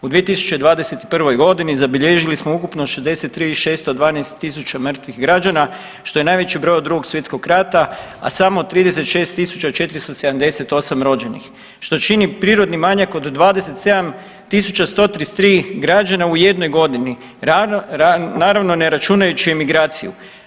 U 2021.g. zabilježili smo ukupno 63.612 mrtvih građana što je najveći broj od Drugog svjetskog rata, a samo 367.478 rođenih što čini prirodni manjak od 27.133 građana u jednoj godini, ravno, naravno ne računajući emigraciju.